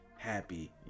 Happy